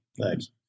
Thanks